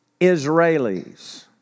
Israelis